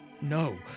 no